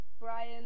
Brian